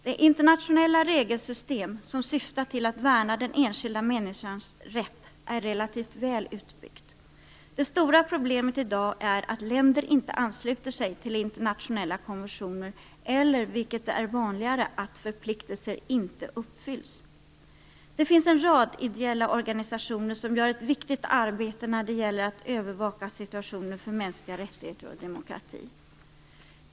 Det internationella regelsystem som syftar till att värna den enskilda människans rätt är relativt väl utbyggt. Det stora problemet i dag är att länder inte ansluter sig till internationella konventioner eller, vilket är vanligare, att förpliktelser inte uppfylls. Det finns en rad ideella organisationer som gör ett viktigt arbete för att övervaka situationen för mänskliga rättigheter och demokrati.